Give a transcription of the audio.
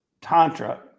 Tantra